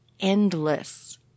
endless